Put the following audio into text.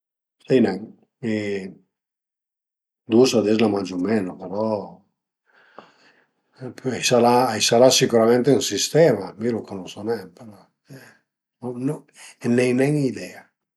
Sai nen, mi dë dus ades n'a mangiu menu però a i sarà a i sarà sicürament ën sistema, mi lu cunosu nen, però n'ai nen idea